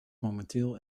momenteel